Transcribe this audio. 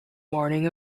morning